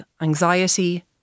anxiety